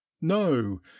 no